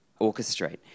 orchestrate